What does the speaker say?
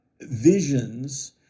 visions